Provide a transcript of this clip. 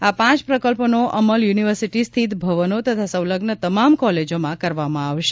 આ પાંચ પ્રકલ્પોનો અમલ યુનિવર્સિટી સ્થિત ભવનો તથા સંલગ્ન તમામ કોલેજોમાં કરવામાં આવશે